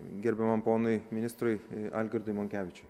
gerbiamam ponui ministrui algirdui monkevičiui